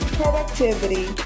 productivity